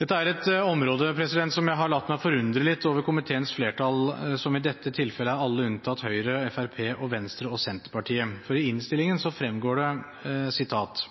Dette er et område hvor jeg har latt meg forundre litt over komiteens flertall, som i dette tilfellet er alle unntatt Høyre, Fremskrittspartiet, Venstre og Senterpartiet, for i innstillingen fremgår det at